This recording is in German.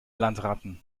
landratten